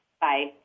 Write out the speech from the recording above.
Bye